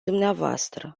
dvs